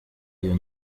iyo